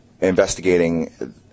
investigating